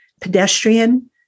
pedestrian